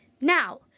Now